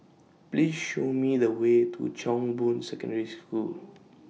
Please Show Me The Way to Chong Boon Secondary School